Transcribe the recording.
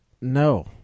No